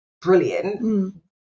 brilliant